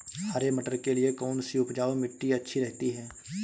हरे मटर के लिए कौन सी उपजाऊ मिट्टी अच्छी रहती है?